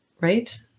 right